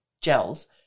gels